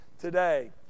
today